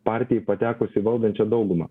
partijai patekus į valdančią daugumą